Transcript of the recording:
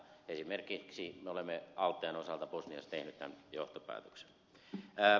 esimerkiksi me olemme auttajan osalta bosniassa tehneet tämän johtopäätöksen